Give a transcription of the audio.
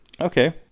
Okay